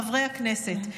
חברי הכנסת,